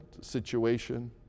situation